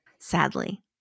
sadly